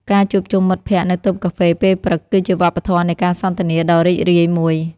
ការជួបជុំមិត្តភក្តិនៅតូបកាហ្វេពេលព្រឹក គឺជាវប្បធម៌នៃការសន្ទនាដ៏រីករាយមួយ។